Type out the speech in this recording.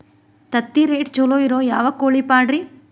ತತ್ತಿರೇಟ್ ಛಲೋ ಇರೋ ಯಾವ್ ಕೋಳಿ ಪಾಡ್ರೇ?